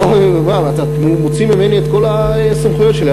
אתה מוציא ממני את כל הסמכויות שלי,